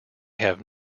have